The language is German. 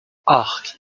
acht